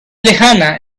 lejana